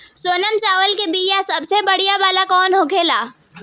सोनम चावल के बीया सबसे बढ़िया वाला कौन होखेला?